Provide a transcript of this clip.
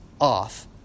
off